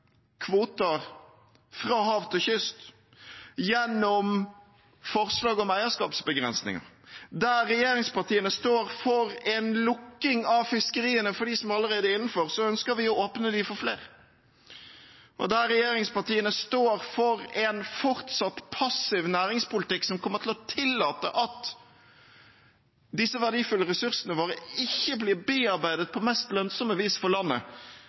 kvoter fra hav til kyst, gjennom forslag om eierskapsbegrensninger. Der regjeringspartiene står for en lukking av fiskeriene for dem som allerede er innenfor, ønsker vi å åpne dem for flere. Der regjeringspartiene står for en fortsatt passiv næringspolitikk som kommer til å tillate at disse verdifulle ressursene våre ikke blir bearbeidet på det mest lønnsomme vis for landet,